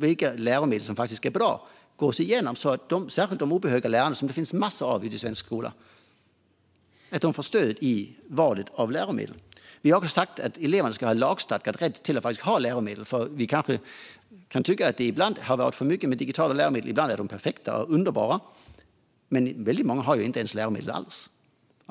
vilka läromedel som är bra så att särskilt de obehöriga lärarna, som det finns massor av ute i svensk skola, får stöd i valet av läromedel. Vi har också sagt att eleverna ska ha lagstadgad rätt att faktiskt ha läromedel. Vi kanske kan tycka att det ibland har varit för mycket digitala läromedel, även om de ibland är perfekta och underbara, men väldigt många har inte ens läromedel alls.